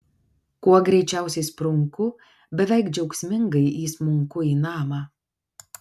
kuo greičiausiai sprunku beveik džiaugsmingai įsmunku į namą